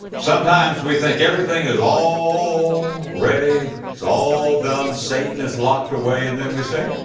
sometimes we think everything is all ready, it's all done, satan is locked away and then we say,